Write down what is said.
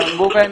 הנון גובן.